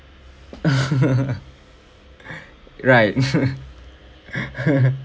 right